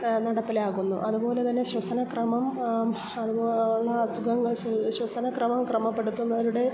നടപ്പിലാകുന്നു അതുപോലെ തന്നെ ശ്വസനക്രമം അതുപോലുള്ള അസുഖങ്ങൾ ശ്വസനക്രമം ക്രമപ്പെടുത്തുന്നതിലൂടെ